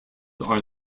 are